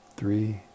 three